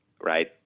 right